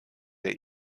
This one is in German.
der